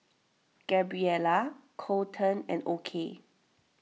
Gabriella Coleton and Okey